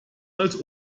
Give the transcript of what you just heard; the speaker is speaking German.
als